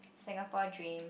Singapore dream